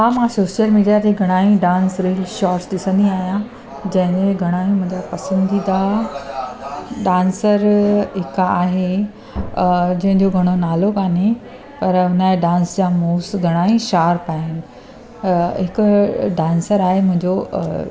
हा मां social media ते घणा ई डांस रील्स शॉट्स ॾिसंदी आहियां जंहिंमें घणा ई मुंहिंजा पसंदीदा डांसर हिकु आहे जंहिंजो घणो नालो कान्हे पर उन जा डांस जा मूव्स घणा ई शार्प आहिनि हिकु डांसर आहे मुंहिंंजो